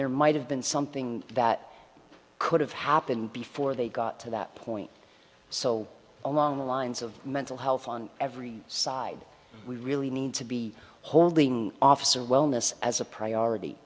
there might have been something that could have happened before they got to that point so along the lines of mental health on every side we really need to be holding officer wellness as a